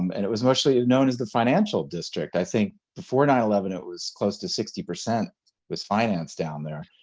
um and it was mostly known as the financial district. i think before nine eleven it was close to sixty. it was finance down there.